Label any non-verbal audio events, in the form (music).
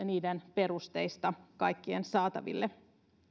(unintelligible) niiden perusteista kaikkien saataville